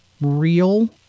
real